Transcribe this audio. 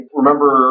remember